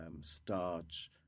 starch